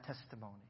testimony